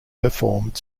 performed